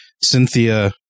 Cynthia